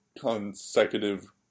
consecutive